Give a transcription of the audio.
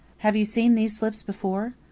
have you seen these slips before?